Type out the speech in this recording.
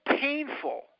painful